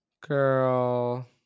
Girl